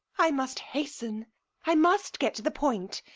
i must hasten i must get to the point.